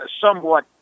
somewhat